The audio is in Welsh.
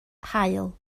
haul